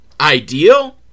Ideal